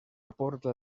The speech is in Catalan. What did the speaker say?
aporta